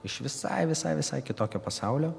iš visai visai visai kitokio pasaulio